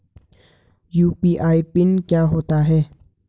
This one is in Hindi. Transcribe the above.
यु.पी.आई पिन क्या होता है?